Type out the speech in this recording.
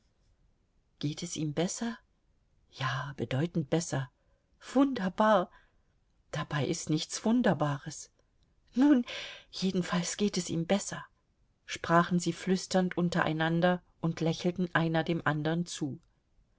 geht es ihm besser ja bedeutend besser wunderbar dabei ist nichts wunderbares nun jedenfalls geht es ihm besser sprachen sie flüsternd untereinander und lächelten einer dem andern zu